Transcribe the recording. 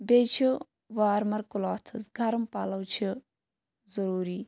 بیٚیہِ چھِ warmer clothes گَرٕم پَلو چھِ ضروٗری